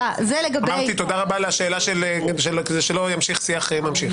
אמרתי תודה רבה לשאלה, כדי שלא ימשיך שיח ממשיך.